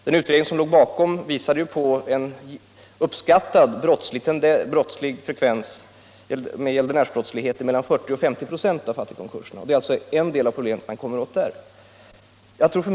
Den utredning som gjorts här visade på en uppskattad brottsfrekvens när det gäller gäldenärsbrottslighet på mellan 40 och 50 ”; av fattigkonkurserna. En del av problemet kommer man åt på det sättet.